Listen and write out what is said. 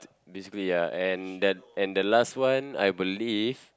basically ya and that and the last one I believe